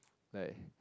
like